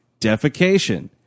defecation